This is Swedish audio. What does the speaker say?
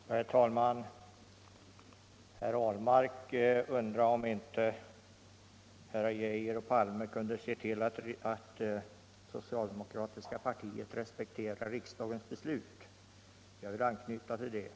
Herr talman! Herr Ahlmark undrade om inte herrar Geijer och Palme kunde se till att det socialdemokratiska partiet respekterar riksdagens beslut, och jag vill anknyta till det.